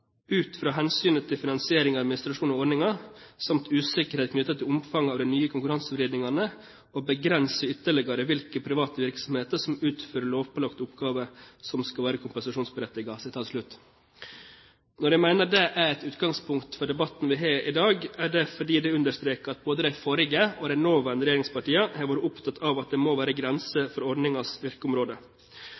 fra hensynet til finansiering og administrasjon av ordningen, samt usikkerhet knyttet til omfanget av de nye konkurransevridningene, å begrense ytterligere hvilke private virksomheter som utfører lovpålagte oppgaver som skal være kompensasjonsberettiget». Når jeg mener det er et godt utgangspunkt for debatten vi har i dag, er det fordi det understreker at både de forrige og de nåværende regjeringspartiene har vært opptatt av at det må være grenser for ordningens virkeområde.